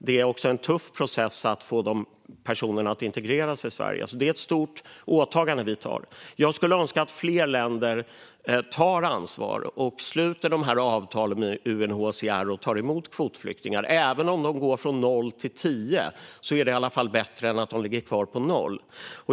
Det är en tuff process att få de personerna att integreras i Sverige, så det är ett stort åtagande vi gör. Jag önskar att fler länder tar ansvar, sluter avtal med UNHCR och tar emot kvotflyktingar. Även om de går från noll till tio är det bättre än att de ligger kvar på noll.